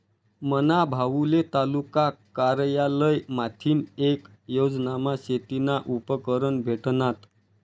मना भाऊले तालुका कारयालय माथीन येक योजनामा शेतीना उपकरणं भेटनात